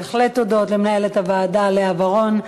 בהחלט תודות למנהלת הוועדה לאה ורון.